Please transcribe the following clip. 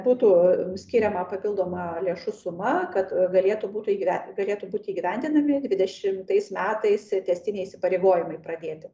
būtų skiriama papildoma lėšų suma kad galėtų būti įgyven galėtų būti įgyvendinami dvidešimtais metais tęstiniai įsipareigojimai pradėti